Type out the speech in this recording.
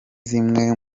zimwe